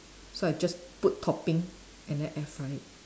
so I just put topping and then air fry it